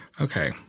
Okay